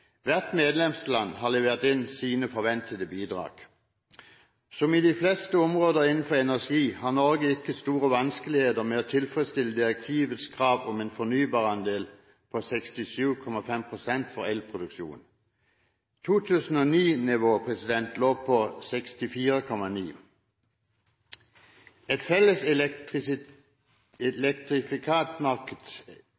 Hvert medlemsland har levert inn sine forventede bidrag. Som på de fleste områder innenfor energi har Norge ikke store vanskeligheter med å tilfredsstille direktivets krav om en fornybarandel på 67,5 pst. for elproduksjon. 2009-nivået lå på 64,9 pst. Et felles